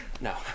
No